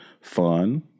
fun